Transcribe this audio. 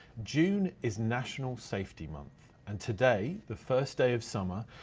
june is national safety month and today, the first day of summer,